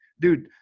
dude